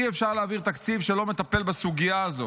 אי-אפשר להעביר תקציב שלא מטפל בסוגיה הזו.